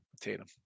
Tatum